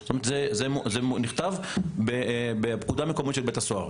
זה נכתב בפקודה מקומית של בית הסוהר.